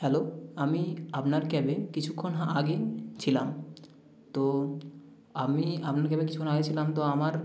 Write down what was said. hello আমি আপনার ক্যাবে কিছুক্ষণ আগে ছিলাম তো আমি আপনার ক্যাবে কিছুক্ষণ আগে ছিলাম তো আমার